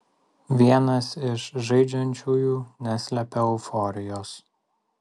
vienas iš žaidžiančiųjų neslepia euforijos